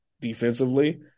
defensively